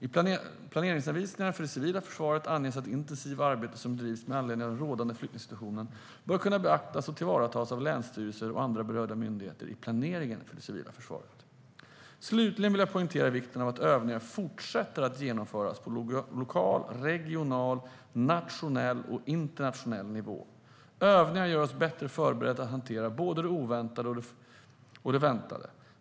I planeringsanvisningarna för det civila försvaret anges att det intensiva arbete som bedrivs med anledning av den rådande flyktingsituationen bör kunna beaktas och tillvaratas av länsstyrelser och andra berörda myndigheter i planeringen för det civila försvaret. Slutligen vill jag poängtera vikten av att övningar fortsätter att genomföras på lokal, regional, nationell och internationell nivå. Övningar gör oss bättre förberedda för att hantera både det oväntade och det väntade.